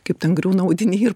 kaip ten griūna audiniai ir